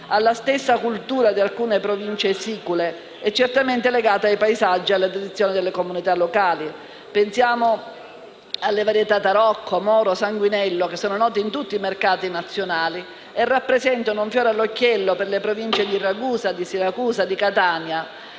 alla stessa cultura di alcune Province sicule e certamente è legata ai paesaggi e alle tradizioni delle comunità locali. Pensiamo alle varietà Tarocco, Moro e Sanguinello, che sono note in tutti i mercati nazionali e rappresentano un fiore all'occhiello per le Province di Ragusa, di Siracusa e di Catania.